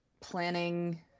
planning